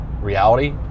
reality